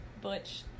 butch